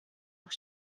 auch